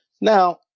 Now